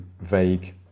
vague